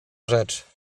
rzecz